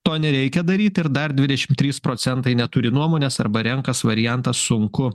to nereikia daryti ir dar dvidešimt trys procentai neturi nuomonės arba renkas variantą sunku